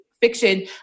fiction